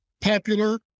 popular